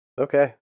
Okay